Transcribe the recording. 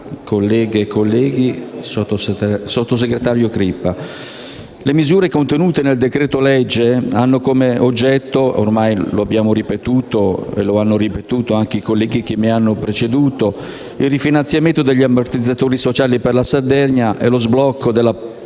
colleghe e colleghi, sottosegretario Crippa, le misure contenute nel decreto-legge hanno come oggetto - lo hanno ripetuto anche i colleghi che mi hanno preceduto - il rifinanziamento degli ammortizzatori sociali per la Sardegna e lo sblocco della proroga